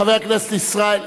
חבר הכנסת ישראל,